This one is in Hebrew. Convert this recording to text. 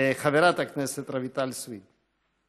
חברת הכנסת רויטל סויד.